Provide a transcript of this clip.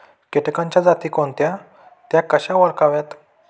किटकांच्या जाती कोणत्या? त्या कशा ओळखाव्यात?